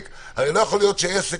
הרי לא יכול להיות שעסק